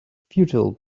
futile